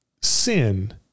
sin